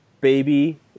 baby